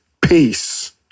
Peace